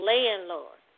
Landlord